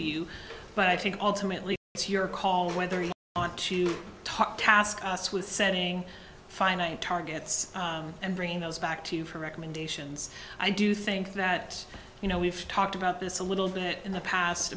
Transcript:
you but i think alternately it's your call whether you want to talk task us with setting final targets and bringing those back to you for recommendations i do think that you know we've talked about this a little bit in the past